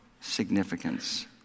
significance